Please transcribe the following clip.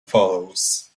follows